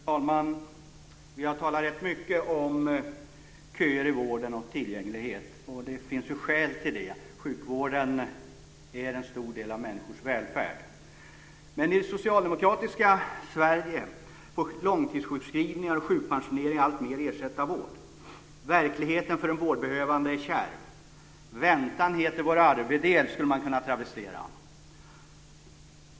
Fru talman! Vi har talat rätt mycket om köer i vården och tillgänglighet. Det finns skäl till det. Sjukvården är en stor del av människors välfärd. Men i det socialdemokratiska Sverige får långtidssjukskrivningar och sjukpensioneringar alltmer ersätta vård. Verkligheten för den vårdbehövande är kärv. Väntan heter vår arvedel, skulle man kunna travestera.